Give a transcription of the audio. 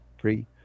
Three